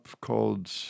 called